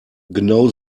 genau